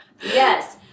Yes